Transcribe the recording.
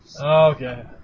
Okay